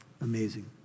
Amazing